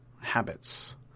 habits